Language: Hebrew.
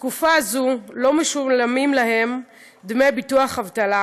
בתקופה זו לא משולמים להם דמי ביטוח אבטלה,